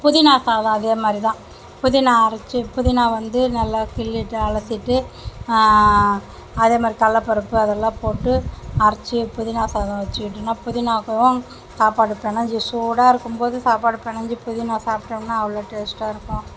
புதினா சாதம் அதே மாதிரிதான் புதினா அரைச்சி புதினா வந்து நல்லா கிள்ளிவிட்டு அலசிவிட்டு அதே மாதிரி கடல பருப்பு அதெலாம் போட்டு அரைச்சி புதினா சாதம் வச்சுட்டோம்னா புதினா கூட சாப்பாடு பிணைஞ்சி சூடாக இருக்கும்போது சாப்பாடு பிணைஞ்சி புதினா சாப்பிட்டோம்னா அவ்வளோ டேஸ்ட்டாக இருக்கும்